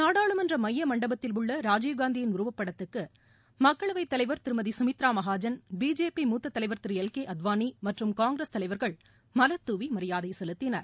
நாடாளுமன்ற மைய மண்டபத்தில் உள்ள ராஜீவ்காந்தியின் உருவப்படத்துக்கு மக்களவைத் தலைவா் திருமதி சுமித்ரா மகாஜன் பிஜேபி மூத்த தலைவா் திரு எல் கே அத்வானி மற்றும் காங்கிரஸ தலைவா்கள் மலர்தூவி மரியாதை செலுத்தினர்